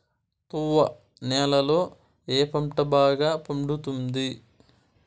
తువ్వ నేలలో ఏ పంట బాగా పండుతుంది?